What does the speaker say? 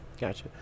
Gotcha